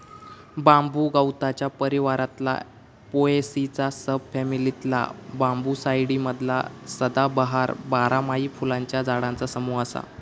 बांबू गवताच्या परिवारातला पोएसीच्या सब फॅमिलीतला बांबूसाईडी मधला सदाबहार, बारमाही फुलांच्या झाडांचा समूह असा